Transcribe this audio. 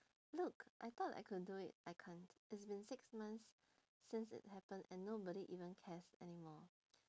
look I thought I could do it I can't it's been six months since it happened and nobody even cares anymore